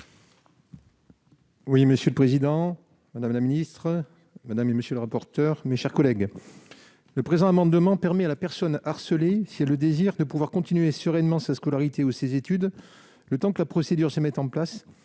Oui, monsieur le président, madame la ministre, madame et messieurs les rapporteurs, mes chers collègues, le présent amendement permet à la personne harcelée, c'est le désir de pouvoir continuer sereinement sa scolarité ou ses études, le temps que la procédure se met en place